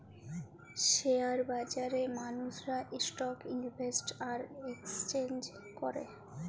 share বাজারে মালুসরা stock invest আর একেসচেলজ ক্যরে